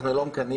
אנחנו לא מקנאים.